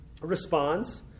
responds